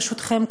ברשותכם,